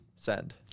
Send